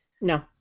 No